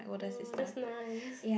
oh that's nice